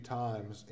times